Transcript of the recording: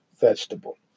vegetable